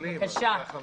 בנחלים אז ככה מתייחסים.